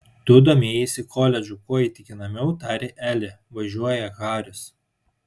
tu domėjaisi koledžu kuo įtikinamiau tarė elė važiuoja haris